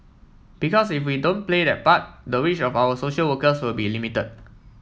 because if we don't play that part the reach of our social workers will be limited